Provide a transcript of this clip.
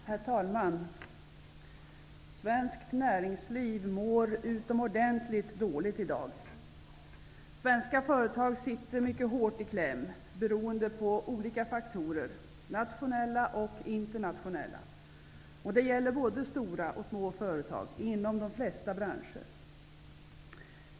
Herr talman! Svenskt näringsliv mår utomordentligt dåligt i dag. Svenska företag sitter mycket hårt i kläm beroende på olika faktorer, nationella och internationella. Det gäller både stora och små företag inom de flesta branscher.